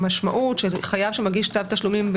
המשמעות של חייב שמגיש צו תשלומים,